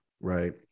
right